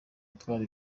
gutwara